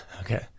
Okay